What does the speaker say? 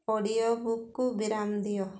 audio ବୁକକୁ ବିରାମ ଦିଅ